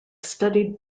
studied